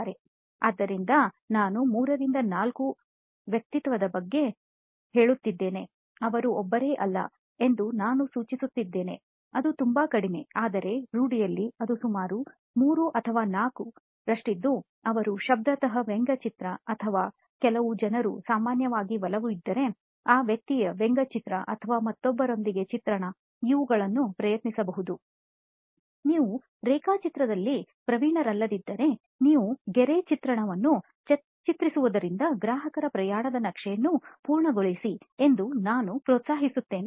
ಆದ್ದರಿಂದ ನಾನು 3 ರಿಂದ 4 ವ್ಯಕ್ತಿತ್ವದ ಬಗ್ಗೆ ಹೇಳುತ್ತಿದ್ದೇನೆ ಅವರು ಒಬ್ಬರೇ ಅಲ್ಲ ಎಂದು ನಾನು ಸೂಚಿಸುತ್ತಿದ್ದೇನೆಅದು ತುಂಬಾ ಕಡಿಮೆ ಆದರೆ ರೂಡಿಯಲ್ಲಿ ಅದು ಸುಮಾರು 3 ಅಥವಾ 4 ರಷ್ಟಿದ್ದು ಅವರು ಶಬ್ದತಃ ವ್ಯಂಗ್ಯಚಿತ್ರ ಅಥವಾ ಕೆಲವು ಜನರು ಸಾಮಾನ್ಯವಾಗಿ ಒಲವು ಇದ್ದರೆ ಆ ವ್ಯಕ್ತಿಯ ವ್ಯಂಗ್ಯಚಿತ್ರ ಅಥವಾ ಮತ್ತೊಬ್ಬರೊಂದಿಗೆ ಚಿತ್ರಣ ಇವುಗಳನ್ನು ಪ್ರಯತ್ನಿಸಬಹುದು ನೀವು ರೇಖಾಚಿತ್ರದಲ್ಲಿ ಪ್ರವೀಣರಲ್ಲದಿದ್ದರೆ ನೀವು ಗೆರೆ ಚಿತ್ರಣವನ್ನು ಚಿತ್ರಿಸುದರಿಂದ ಗ್ರಾಹಕರ ಪ್ರಯಾಣದ ನಕ್ಷೆಯನ್ನು ಪೂರ್ಣ ಗೊಳಿಸಿ ಎಂದು ನಾನು ಪ್ರೋತ್ಸಾಹಿಸುತ್ತೇನೆ